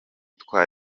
twa